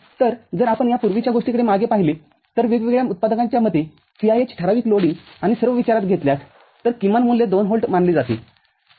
तर जर आपण या पूर्वीच्या गोष्टीकडे मागे पाहिले तर वेगवेगळ्या उत्पादकांच्या मते VIH ठराविक लोडिंग आणि सर्व विचारात घेतल्यासतर किमान मूल्य २ व्होल्ट मानले जाते ठीक आहे